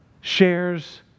shares